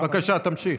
בבקשה תמשיך.